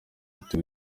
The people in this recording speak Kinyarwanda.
twe